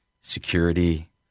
security